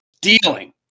Dealing